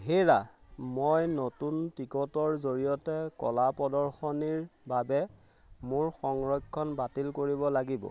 হেৰা মই নতুন টিকটৰ জৰিয়তে কলা প্ৰদৰ্শনীৰ বাবে মোৰ সংৰক্ষণ বাতিল কৰিব লাগিব